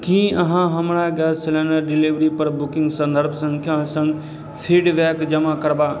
कि अहाँ हमरा गैस सिलेण्डर डिलिवरीपर बुकिन्ग सन्दर्भ सँख्याके सङ्ग फीडबैक जमा करबा